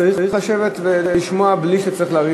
צריך לשבת ולשמוע בלי שאתה צריך להרים